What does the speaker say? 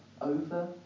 over